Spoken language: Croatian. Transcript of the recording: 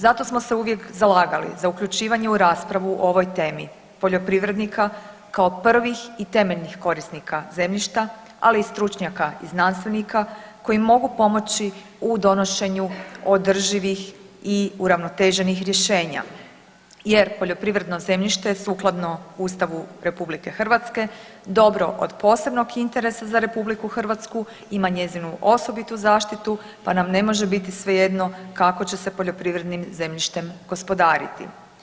Zato smo se uvijek zalagali za uključivanje u raspravu o ovoj temi poljoprivrednika kao prvih i temeljnih korisnika zemljišta, ali i stručnjaka i znanstvenika koji mogu pomoći u donošenju održivih i uravnoteženih rješenja jer poljoprivredno zemljište je sukladno Ustavu RH dobro od posebnog interesa za RH, ima njezinu osobitu zaštitu, pa nam ne može biti svejedno kako će se poljoprivrednim zemljištem gospodariti.